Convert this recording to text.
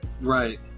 right